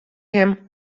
him